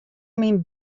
myn